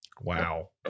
Wow